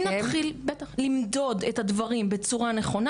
אם נתחיל למדוד את הדברים בצורה נכונה,